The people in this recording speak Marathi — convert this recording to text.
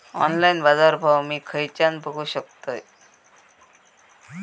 ऑनलाइन बाजारभाव मी खेच्यान बघू शकतय?